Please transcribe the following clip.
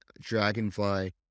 Dragonfly